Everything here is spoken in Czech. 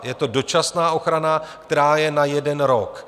Je to dočasná ochrana, která je na jeden rok.